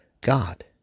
God